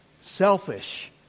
selfish